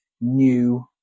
new